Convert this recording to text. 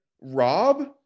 Rob